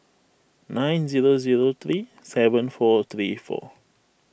nine zero zero three seven four three four